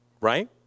right